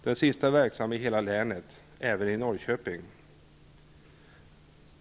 Den sistnämnda är verksam över hela länet, även i Norrköping.